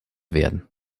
werden